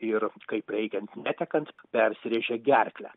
ir kaip reikiant netekant persirėžė gerklę